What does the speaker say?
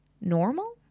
normal